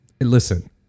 listen